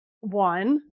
One